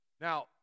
Now